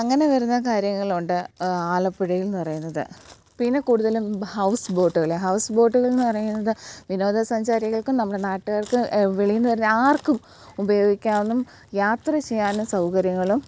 അങ്ങനെ വരുന്ന കാര്യങ്ങളുണ്ട് ആലപ്പുഴയിൽലെന്ന് പറയുന്നത് പിന്നെ കൂടുതലും ഹൗസ് ബോട്ടുകൾ ഹൗസ് ബോട്ടുകളെന്ന് പറയുന്നത് വിനോദസഞ്ചാരികൾക്കും നമ്മുടെ നാട്ടുകാർക്കും വെളീളിയിൽനിന്ന് വരുന്ന ആർക്കും ഉപയോഗിക്കാനും യാത്ര ചെയ്യാനും സൗകര്യങ്ങളും